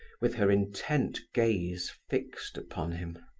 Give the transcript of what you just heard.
with her intent gaze fixed upon him.